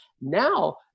Now